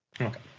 okay